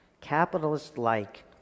capitalist-like